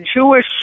Jewish